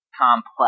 complex